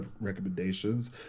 recommendations